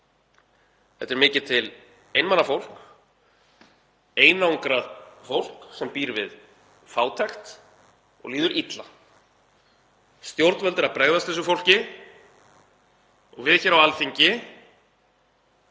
Þetta er mikið til einmana fólk, einangrað fólk sem býr við fátækt og líður illa. Stjórnvöld eru að bregðast þessu fólki og við hér á Alþingi